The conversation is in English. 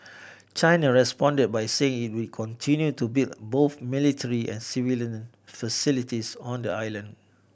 China responded by saying it would continue to build both military and civilian facilities on the island